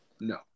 no